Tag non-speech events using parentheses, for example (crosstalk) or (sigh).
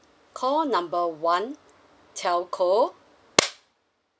call number one telco (noise)